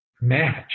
match